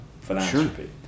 philanthropy